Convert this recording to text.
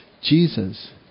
Jesus